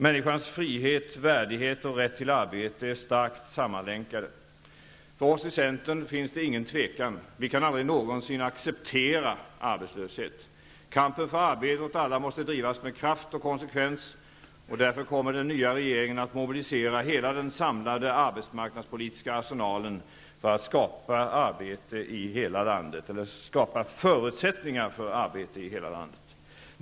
Människans frihet, värdighet och rätt till arbete är starkt sammanlänkade. För oss i centern finns det ingen tvekan. Vi kan aldrig någonsin acceptera arbetslöshet. Kampen för arbete åt alla måste drivas med kraft och konsekvens. Därför kommer den nya regeringen att mobilisera hela den samlade arbetsmarknadspolitiska arsenalen för att skapa förutsättningar för arbete i hela landet.